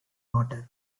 water